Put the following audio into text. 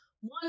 one